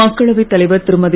மக்களவைத் தலைவர் திருமதி